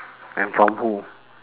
and from who